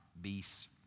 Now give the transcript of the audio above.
beasts